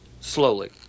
slowly